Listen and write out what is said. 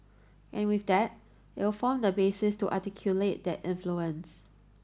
and with that it'll form the basis to articulate that influence